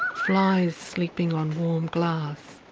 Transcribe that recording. um flies sleeping on warm glass,